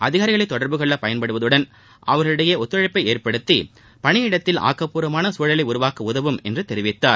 அதிகாரிகளை தொடர்புகொள்ள பயன்படுவதுடன் அவர்களிடையே ஒத்துழைப்பை ஏற்படுத்தி பணியிடத்தில் ஆக்கப்பூர்வமான சூழலை உருவாக்க உதவும் என்று தெரிவித்தார்